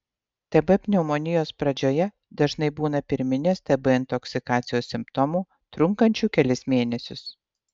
tb pneumonijos pradžioje dažnai būna pirminės tb intoksikacijos simptomų trunkančių kelis mėnesius